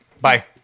Bye